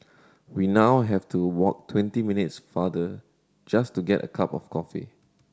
we now have to walk twenty minutes farther just to get a cup of coffee